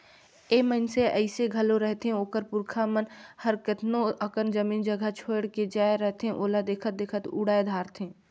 ए मइनसे अइसे घलो रहथें ओकर पुरखा मन हर केतनो अकन जमीन जगहा छोंएड़ के जाए रहथें ओला देखत देखत उड़ाए धारथें